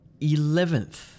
Eleventh